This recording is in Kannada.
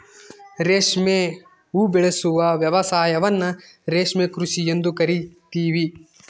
ರೇಷ್ಮೆ ಉಬೆಳೆಸುವ ವ್ಯವಸಾಯವನ್ನ ರೇಷ್ಮೆ ಕೃಷಿ ಎಂದು ಕರಿತೀವಿ